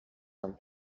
del